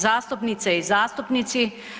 zastupnice i zastupnici.